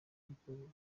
nkuko